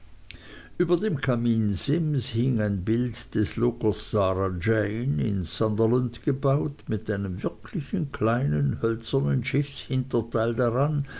über dem kaminsims hing ein bild des luggers sarah jane in sunderland gebaut mit einem wirklichen kleinen hölzernen schiffshinterteil daran